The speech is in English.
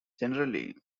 generally